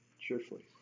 cheerfully